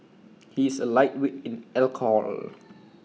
he's A lightweight in alcohol